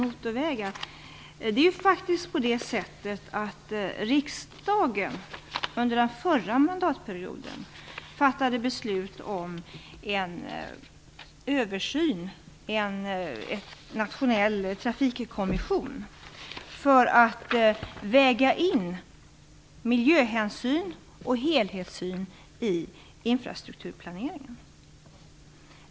Under förra mandatperioden fattade riksdagen faktiskt beslut om en översyn, en nationell trafikkommission, för att väga in miljöhänsyn och en helhetssyn i infrastrukturplaneringen.